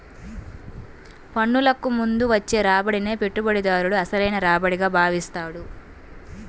పన్నులకు ముందు వచ్చే రాబడినే పెట్టుబడిదారుడు అసలైన రాబడిగా భావిస్తాడు